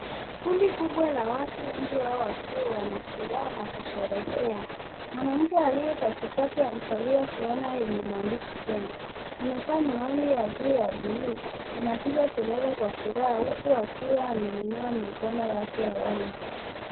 Kundi kubwa la watu wengi hawa wakiwa wana furaha na kusherehekea. Mwanamke aliye katikati amevalia fulana yenye maandishi Kenya. Amevaa miwani ya juu ya buluu anapiga kelele kwa furaha huku akiwa ameinua mikono yake hewani.